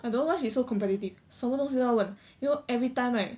I don't why she's so competitive 什么东西都要问 you know every time right